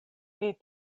ili